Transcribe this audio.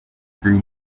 crew